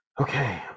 okay